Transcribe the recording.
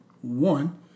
one